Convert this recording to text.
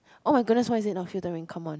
oh my goodness why is it not filtering come on